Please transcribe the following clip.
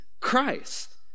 Christ